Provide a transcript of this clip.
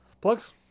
Plugs